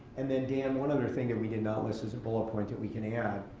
and then, dan, one other thing that we did not list is a bullet point that we can add.